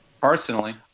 personally